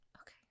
Okay